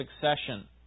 succession